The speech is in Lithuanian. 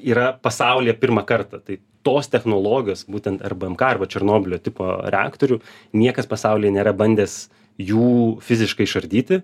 yra pasaulyje pirmą kartą tai tos technologijos būtent rbmk arba černobylio tipo reaktorių niekas pasaulyje nėra bandęs jų fiziškai išardyti